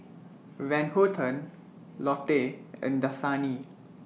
Van Houten Lotte and Dasani